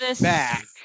back